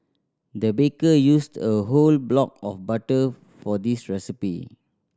the baker used a whole block of butter for this recipe